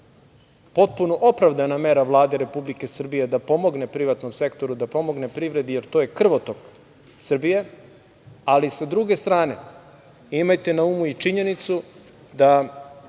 potpuno opravdana mera Vlade Republike Srbije da pomogne privatnom sektoru, da pomogne privredi, jer to je krvotok Srbije. Ali, sa druge strane, imajte na umu i činjenicu da